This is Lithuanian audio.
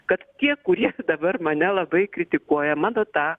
kad tie kurie dabar mane labai kritikuoja mano tą